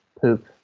poop